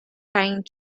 pine